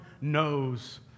knows